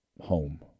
home